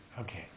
Okay